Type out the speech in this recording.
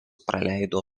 praleido